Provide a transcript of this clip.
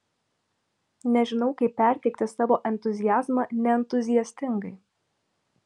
nežinau kaip perteikti savo entuziazmą neentuziastingai